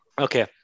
Okay